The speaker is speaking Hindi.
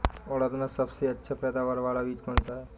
उड़द में सबसे अच्छा पैदावार वाला बीज कौन सा है?